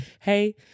hey